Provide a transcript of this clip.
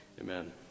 Amen